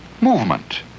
movement